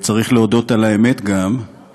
צריך להודות על האמת גם,